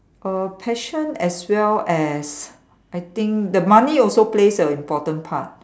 err passion as well as I think the money also place a important part